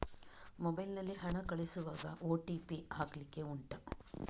mobile ನಲ್ಲಿ ಹಣ ಕಳಿಸುವಾಗ ಓ.ಟಿ.ಪಿ ಹಾಕ್ಲಿಕ್ಕೆ ಉಂಟಾ